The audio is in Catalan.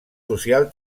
social